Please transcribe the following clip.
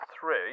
three